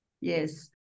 Yes